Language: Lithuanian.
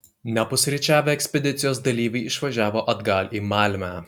nepusryčiavę ekspedicijos dalyviai išvažiavo atgal į malmę